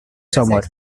summer